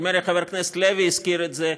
נדמה לי שחבר הכנסת לוי הזכיר את זה,